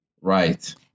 Right